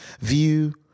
view